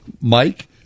mike